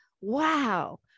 wow